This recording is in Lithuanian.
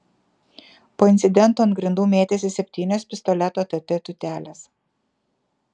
po incidento ant grindų mėtėsi septynios pistoleto tt tūtelės